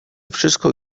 wszystko